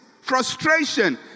frustration